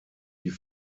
die